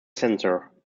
censor